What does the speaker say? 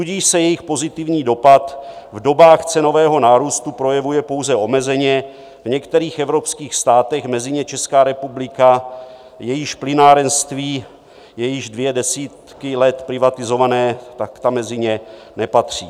Tudíž se jejich pozitivní dopad v dobách cenového nárůstu projevuje pouze omezeně v některých evropských státech, mezi něž Česká republika, jejíž plynárenství je již dvě desítky let privatizované, tam mezi ně nepatří.